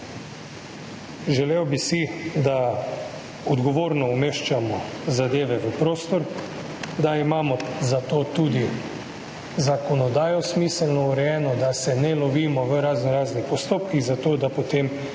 Želel bi si, da odgovorno umeščamo zadeve v prostor, da imamo za to tudi zakonodajo smiselno urejeno, da se ne lovimo v raznoraznih postopkih, zato